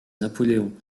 napoleon